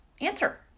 answer